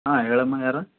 ಹಾಂ ಹೇಳಮ್ಮ ಯಾರು